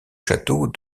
château